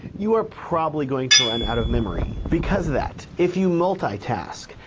you are probably going to run out of memory. because of that, if you multitask,